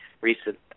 recent